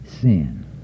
sin